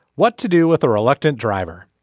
what to do with a reluctant driver.